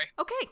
okay